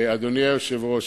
אדוני היושב-ראש,